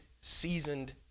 seasoned